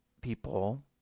people